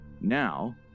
Now